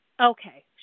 okay